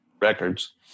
records